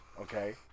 Okay